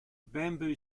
bamboo